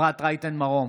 אפרת רייטן מרום,